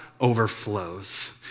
overflows